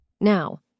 Now